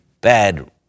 bad